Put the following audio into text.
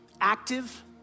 active